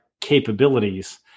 capabilities